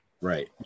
right